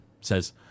says